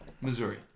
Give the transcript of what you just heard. Missouri